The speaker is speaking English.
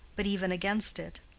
but even against it,